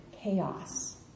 chaos